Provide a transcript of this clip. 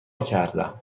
کردم